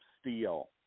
steel